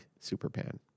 Superpan